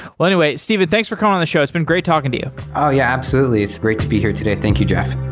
ah anyway stephen, thanks for coming on the shows. it's been great talking to you ah yeah, absolutely. it's great to be here today. thank you, jeff.